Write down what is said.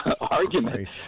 argument